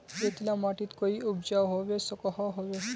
रेतीला माटित कोई उपजाऊ होबे सकोहो होबे?